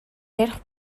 ярих